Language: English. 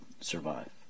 survive